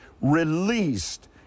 released